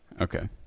Okay